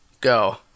Go